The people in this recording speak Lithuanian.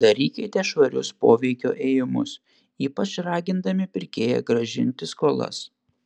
darykite švarius poveikio ėjimus ypač ragindami pirkėją grąžinti skolas